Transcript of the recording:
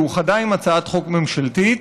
שאוחדה עם הצעת חוק ממשלתית,